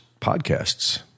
podcasts